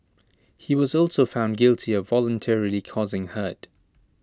he was also found guilty of voluntarily causing hurt